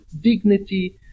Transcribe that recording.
dignity